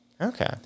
Okay